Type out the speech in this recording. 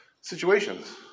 situations